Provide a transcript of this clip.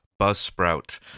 Buzzsprout